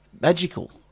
magical